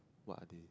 what are they